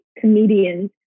comedians